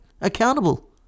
accountable